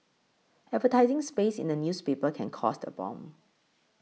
advertising space in a newspaper can cost a bomb